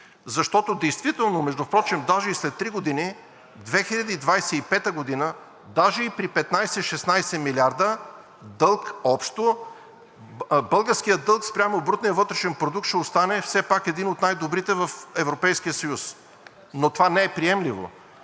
защото действително, впрочем даже и след три години – 2025 г., даже и при 15 – 16 милиарда дълг общо българският дълг спрямо брутния вътрешен продукт ще остане все пак един от най-добрите в Европейския съюз. Но това не е приемливо,